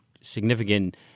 significant